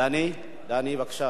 דני, דני, בבקשה.